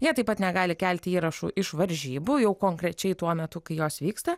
jie taip pat negali kelti įrašų iš varžybų jau konkrečiai tuo metu kai jos vyksta